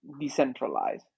decentralized